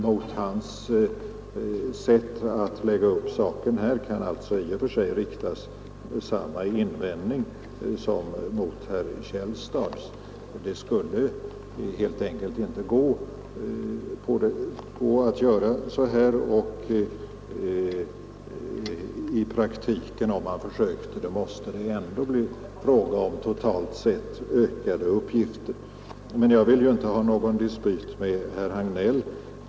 Mot hans sätt att lägga upp problemet här kan alltså i och för sig riktas samma invändning som mot herr Källstads. Det skulle helt enkelt inte gå att göra så här, och om man försökte det i praktiken måste det ändå totalt sett bli fråga om ökade utgifter. Men jag vill ju inte ha någon dispyt med herr Hagnell.